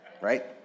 right